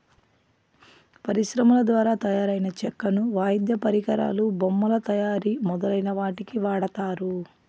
పరిశ్రమల ద్వారా తయారైన చెక్కను వాయిద్య పరికరాలు, బొమ్మల తయారీ మొదలైన వాటికి వాడతారు